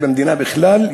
זה במדינה בכלל,